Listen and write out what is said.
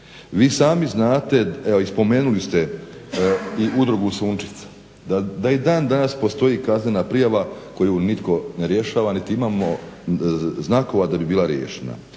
Vi sami znate, evo i spomenuli ste i udrugu "Sunčica". Da i dan danas postoji kaznena prijava koju nitko ne rješava, niti imamo znakova da bi bila riješena.